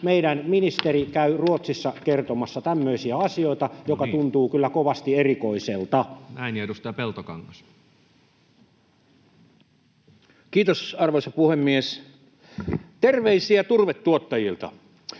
Meidän ministeri käy Ruotsissa kertomassa tämmöisiä asioita, mikä tuntuu kyllä kovasti erikoiselta. Näin. — Ja edustaja Peltokangas. Kiitos, arvoisa puhemies! Terveisiä turvetuottajilta.